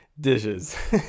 dishes